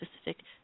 specific